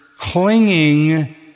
Clinging